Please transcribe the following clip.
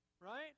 Right